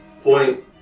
point